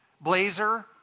blazer